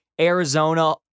Arizona